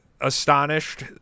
astonished